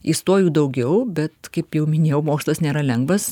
įstojo daugiau bet kaip jau minėjau mokslas nėra lengvas